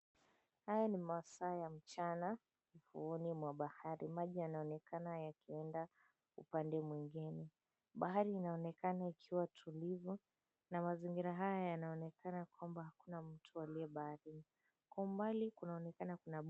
Haya ni masaa ya mchana ufuoni mwa bahari, maji yanaonekana yakienda upande mwingine. Bahari inaonekana ikiwa tulivu na mazingira haya yanaonekana kwamba hakuna mtu aliye baharini. Kwa umbali kunaonekana kuna boti.